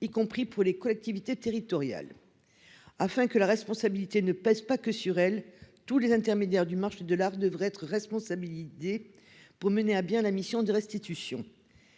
y compris pour les collectivités territoriales. Afin que la responsabilité ne pèse pas que sur elle, tous les intermédiaires du marché de l'art devrait être responsabilité. Pour mener à bien la mission de restitution.